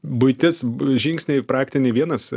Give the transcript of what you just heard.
buitis žingsniai praktiniai vienas